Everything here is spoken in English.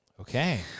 Okay